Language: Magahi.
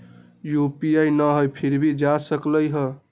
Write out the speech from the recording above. यू.पी.आई न हई फिर भी जा सकलई ह?